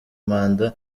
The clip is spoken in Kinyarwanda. manda